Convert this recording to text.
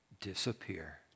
disappear